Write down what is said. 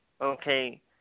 okay